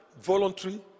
voluntary